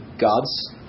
God's